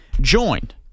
joined